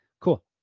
Cool